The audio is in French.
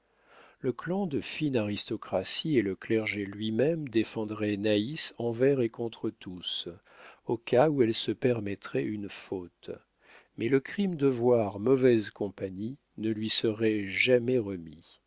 le clan de fine aristocratie et le clergé lui-même défendraient naïs envers et contre tous au cas où elle se permettrait une faute mais le crime de voir mauvaise compagnie ne lui serait jamais remis